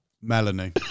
Melanie